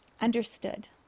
understood